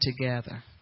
together